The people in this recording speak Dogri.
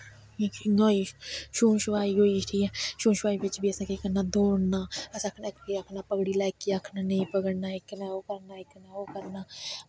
इयां होई शून शोआई होई ठीक ऐ शून शोआई बिच्च बी असें केह् करना दौड़ना असैं आक्खना इक दुए आक्खना पकड़ी लै इकी आखना नेंई पकड़ना इक नै ओह् करना इक नै इक नै ओह् करना